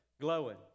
glowing